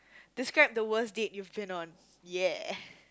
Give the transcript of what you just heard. describe the worst date you've been on ya